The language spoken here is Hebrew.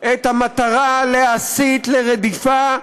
את המטרה להסית לרדיפה,